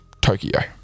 Tokyo